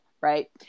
right